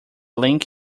link